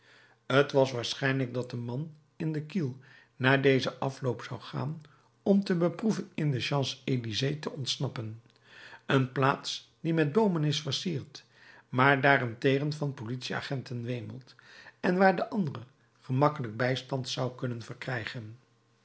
t was waarschijnlijk dat de man in den kiel naar dezen afloop zou gaan om te beproeven in de champs-elysées te ontsnappen een plaats die met boomen is versierd maar daarentegen van politieagenten wemelt en waar de andere gemakkelijk bijstand zou kunnen verkrijgen